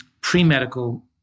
pre-medical